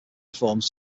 reforms